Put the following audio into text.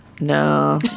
No